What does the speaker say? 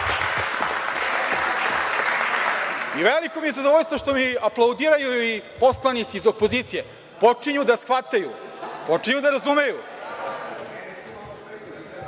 I veliko mi je zadovoljstvo što mi aplaudiraju i poslanici iz opozicije, počinju da shvataju, počinju da razumeju. Ajmo